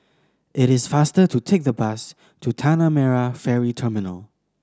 it is faster to take the bus to Tanah Merah Ferry Terminal